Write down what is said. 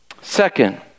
Second